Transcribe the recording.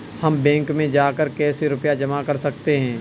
हम बैंक में जाकर कैसे रुपया जमा कर सकते हैं?